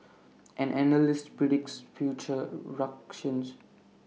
and analysts predicts future ructions